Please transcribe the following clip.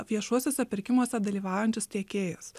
viešuosiuose pirkimuose dalyvaujančius tiekėjus